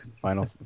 Final